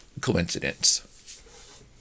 coincidence